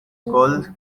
called